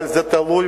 אבל זה תלוי